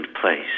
place